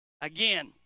Again